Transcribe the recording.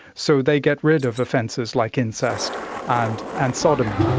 so they get rid of offences like incest and and sodomy.